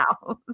house